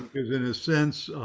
in a sense,